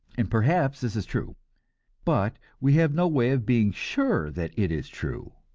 and perhaps this is true but we have no way of being sure that it is true,